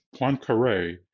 Poincaré